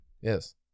Yes